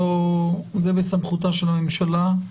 זה בסמכות הממשלה.